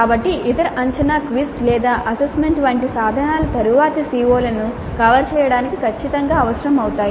కాబట్టి ఇతర అంచనా క్విజ్ లేదా అసైన్మెంట్ వంటి సాధనాలు తరువాతి CO లను కవర్ చేయడానికి ఖచ్చితంగా అవసరం అవుతాయి